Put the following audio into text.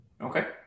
okay